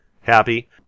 Happy